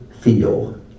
feel